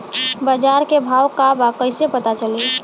बाजार के भाव का बा कईसे पता चली?